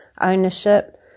ownership